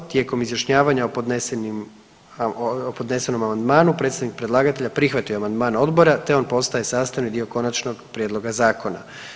Tijekom izjašnjavanja o podnesenom amandmanu, predstavnik predlagatelja prihvatio je amandman odbora te on postaje sastavni dio konačnog prijedloga zakona.